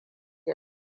ya